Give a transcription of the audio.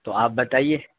تو آپ بتائیے